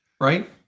right